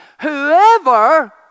Whoever